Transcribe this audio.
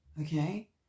Okay